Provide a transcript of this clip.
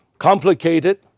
complicated